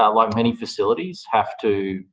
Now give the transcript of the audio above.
ah like many facilities, have to